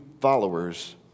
followers